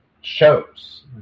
Shows